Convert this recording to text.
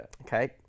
okay